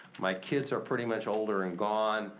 my kids are pretty much older and gone.